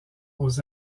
aux